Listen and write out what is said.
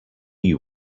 you